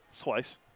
Twice